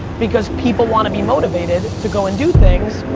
because people want to be motivated to go and do things,